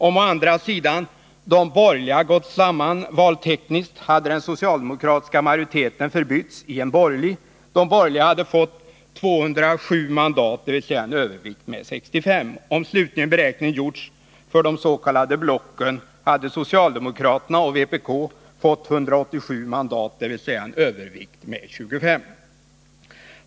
Om å andra sidan de borgerliga gått samman valtekniskt hade den socialdemokratiska majoriteten förbytts i en borgerlig. De borgerliga hade fått 207 mandat, dvs. en övervikt med 65. Om slutligen beräkningen gjorts för de s.k. blocken hade socialdemokraterna och vpk fått 187 mandat, dvs. en övervikt med 25.